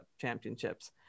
Championships